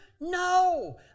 No